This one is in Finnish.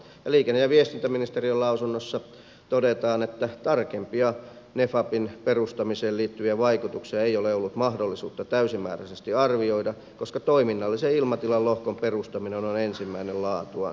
liikenne ja viestintäministeriön lausunnossa todetaan että tarkempia nefabn perustamiseen liittyviä vaikutuksia ei ole ollut mahdollista täysimääräisesti arvioida koska toiminnallisen ilmatilan lohkon perustaminen on ensimmäinen laatuaan